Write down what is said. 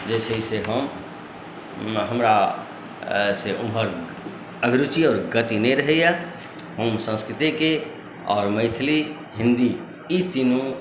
जे छै से हम हमरा से ओमहर अभिरुचि आओर गति नहि रहैया हम सन्स्कृतेके आओर मैथिली हिन्दी ई तीनू